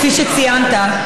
כפי שציינת,